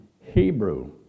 Hebrew